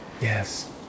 Yes